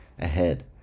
ahead